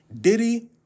Diddy